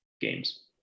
games